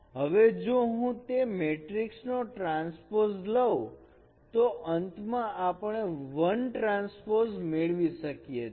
હવે જો હું તે મેટ્રિકસ નો ટ્રાન્સપોઝ લવ તો અંતમાં આપણે 1 ટ્રાન્સપોઝ મેળવી શકીએ છીએ